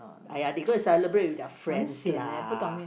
!aiya! they go and celebrate with their friends lah